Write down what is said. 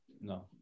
No